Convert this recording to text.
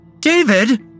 David